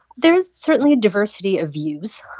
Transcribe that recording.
there is certainly a diversity of views.